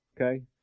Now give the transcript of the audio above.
okay